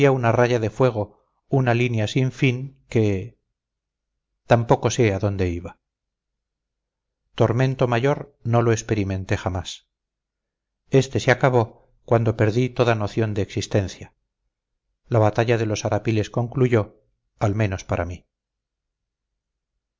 una raya de fuego una línea sin fin que tampoco sé a dónde iba tormento mayor no lo experimenté jamás este se acabó cuando perdí toda noción de existencia la batalla de los arapiles concluyó al menos para mí